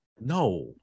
No